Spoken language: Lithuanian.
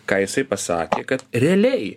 ką jisai pasakė kad realiai